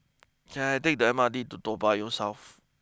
can I take the M R T to Toa Payoh South